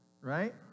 Right